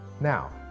Now